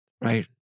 Right